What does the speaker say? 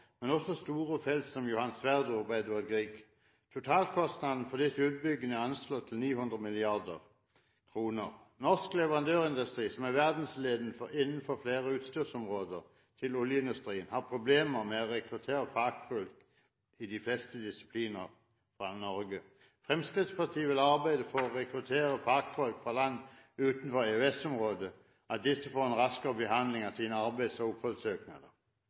men også store felt, som Johan Sverdrup og Edvard Grieg. Totalkostnadene for disse utbyggingene er anslått til 900 mrd. kr. Norsk leverandørindustri, som er verdensledende innenfor flere utstyrsområder til oljeindustrien, har problemer med å rekruttere fagfolk fra Norge i de fleste disipliner. Fremskrittspartiet vil arbeide for at rekrutterte fagfolk fra land utenfor EØS-området får en raskere behandling av sine søknader om arbeids- og